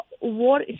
war